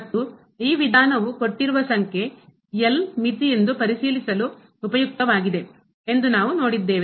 ಮತ್ತು ಈ ವಿಧಾನವು ಕೊಟ್ಟಿರುವ ಸಂಖ್ಯೆ L ಮಿತಿ ಎಂದು ಪರಿಶೀಲಿಸಲು ಉಪಯುಕ್ತವಾಗಿದೆ ಎಂದು ನಾವು ನೋಡಿದ್ದೇವೆ